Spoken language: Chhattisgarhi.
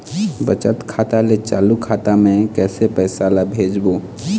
बचत खाता ले चालू खाता मे कैसे पैसा ला भेजबो?